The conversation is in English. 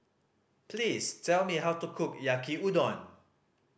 please tell me how to cook Yaki Udon